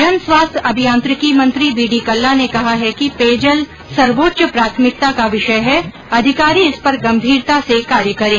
जन स्वास्थ्य अभियांत्रिकी मंत्री बी डी कल्ला ने कहा है कि पेयजल सर्वोच्च प्राथमिकता का विषय है और अधिकारी इस पर गम्भीरता से कार्य करें